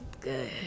good